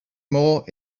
more